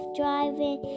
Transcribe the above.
driving